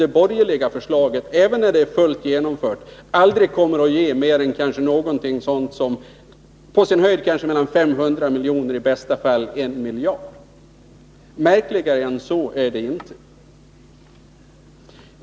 Det borgerliga förslaget däremot kommer fullt genomfört aldrig att ge mer än 500 miljoner till 1 miljard. Märkligare än så är det inte!